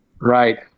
right